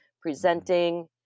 presenting